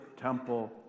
temple